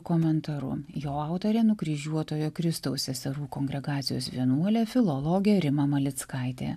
komentaru jo autorė nukryžiuotojo kristaus seserų kongregacijos vienuolė filologė rima malickaitė